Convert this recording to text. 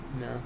No